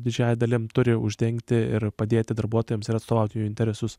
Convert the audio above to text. didžiąja dalim turi uždengti ir padėti darbuotojams ir atstovaut interesus